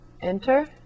enter